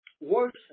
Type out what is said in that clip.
worship